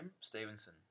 Stevenson